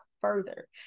further